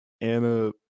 Anna